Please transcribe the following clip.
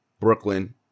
Brooklyn